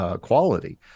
quality